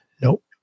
nope